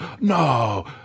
No